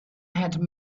had